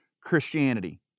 Christianity